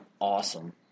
awesome